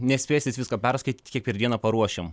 nespėsit visko perskaityt kiek per dieną paruošim